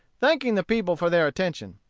thanking the people for their attention.